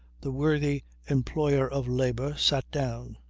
the worthy employer of labour sat down.